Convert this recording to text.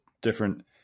different